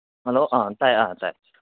hello ꯑ ꯇꯥꯏ ꯑ ꯇꯥꯏ